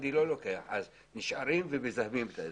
הוא לא לוקח והם נשארים ומזהמים את האזור.